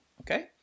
okay